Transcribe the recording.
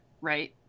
right